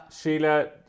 Sheila